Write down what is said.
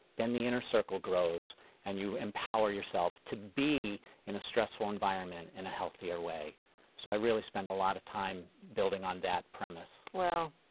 then the inner circle grows and you empower yourself to be in a stressful environment in a healthier way so i really spend a lot of time building on that premise. well,